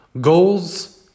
goals